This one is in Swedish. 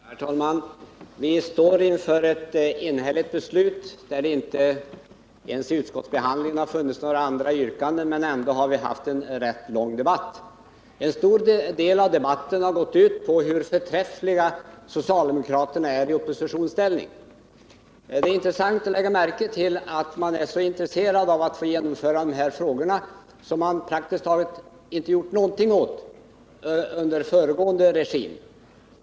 Herr talman! Vi står inför ett enhälligt beslut, där det inte ens vid utskottsbehandlingen har funnits några andra yrkanden, men ändå har vi 168 haft en rätt lång debatt. En stor del av debatten har gått ut på att visa hur förträffliga socialdemokraterna är i oppositionsställning. Det är intressant att Nr 48 lägga märke till att man är så intresserad av att få genomföra ett beslut i de här frågorna, som man praktiskt taget inte gjort någonting alls åt under föregående regim.